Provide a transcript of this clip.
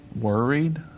worried